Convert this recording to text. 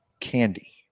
candy